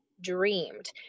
Dreamed